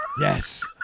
Yes